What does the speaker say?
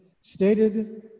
stated